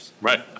Right